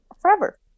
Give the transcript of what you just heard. Forever